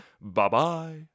Bye-bye